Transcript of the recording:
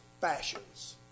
fashions